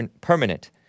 permanent